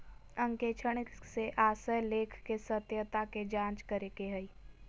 अंकेक्षण से आशय लेख के सत्यता के जांच करे के हइ